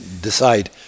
decide